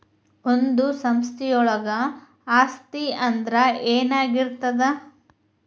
ಒಂದು ಸಂಸ್ಥೆಯೊಳಗ ಆಸ್ತಿ ಅಂದ್ರ ಏನಾಗಿರ್ತದ?